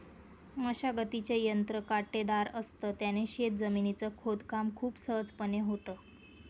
मशागतीचे यंत्र काटेदार असत, त्याने शेत जमिनीच खोदकाम खूप सहजपणे होतं